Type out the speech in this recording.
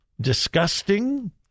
disgusting